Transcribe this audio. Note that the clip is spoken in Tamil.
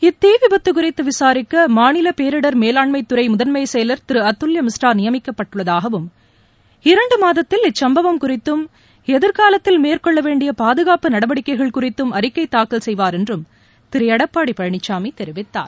இத்தீ விபத்து குறித்து விசாரிக்க மாநில பேரிடர் மேலாண்மை துறை முதன்மை செயலர் திரு அதுல்ய மிஸ்ரா நியமிக்கப்பட்டுள்ளதாகவும் இரண்டு மாதத்தில் இச்சம்பவம் குறித்தும் எதிர்காலத்தில் மேற்கொள்ள வேண்டிய பாதுகாப்பு நடவடிக்கைகள் குறித்தும் அறிக்கை தாக்கல் செய்வார் என்றும் திரு எடப்பாடி பழனிசாமி தெரிவித்தார்